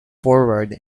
forward